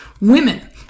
women